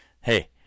Hey